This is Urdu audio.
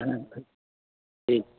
ہاں ٹھیک